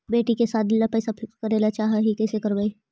बेटि के सादी ल पैसा फिक्स करे ल चाह ही कैसे करबइ?